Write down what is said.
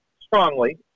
strongly